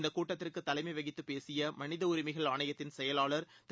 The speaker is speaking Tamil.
இந்தக் கூட்டத்திற்கு தலைமை வகித்துப் பேசிய மனித உரிமைகள் ஆணையத்தின் செயலாளர் திரு